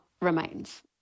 remains